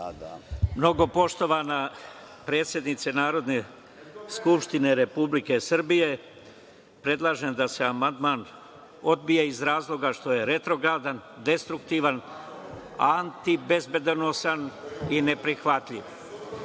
Mnogo poštovana predsednice Narodne skupštine Republike Srbije, predlažem da se amandman odbije iz razloga što je retrogradan, destruktivan, antibezbedonosan i neprihvatljiv. Poštovana